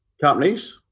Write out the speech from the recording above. companies